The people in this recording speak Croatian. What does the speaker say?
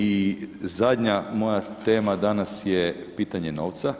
I zadnja moja tema danas je pitanje novca.